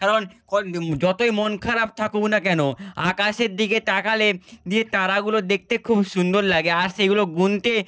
কারণ যতই মন খারাপ থাকুক না কেন আকাশের দিকে তাকালে দিয়ে তারাগুলো দেখতে খুব সুন্দর লাগে আর সেইগুলো গুনতে